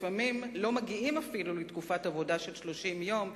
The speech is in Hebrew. לפעמים לא מגיעים אפילו לתקופת עבודה של 30 יום,